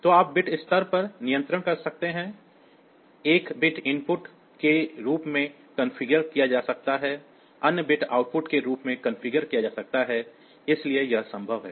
तो आप बिट स्तर पर नियंत्रण कर सकते हैं एक बिट इनपुट के रूप में कॉन्फ़िगर किया जा सकता है अन्य बिट आउटपुट के रूप में कॉन्फ़िगर किया जा सकता है इसलिए यह संभव है